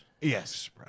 yes